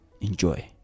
enjoy